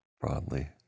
broadly